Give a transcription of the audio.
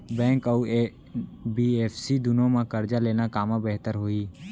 Bank अऊ NBFC दूनो मा करजा लेना कामा बेहतर होही?